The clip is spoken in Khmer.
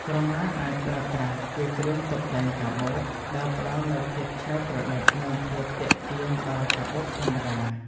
ក្រមាអាចប្រើប្រាស់ ជាគ្រឿងតុបតែងកាបូប ដែលផ្តល់នូវភាពច្នៃប្រឌិត និងភាពទាក់ទាញដល់កាបូបធម្មតា។